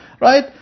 right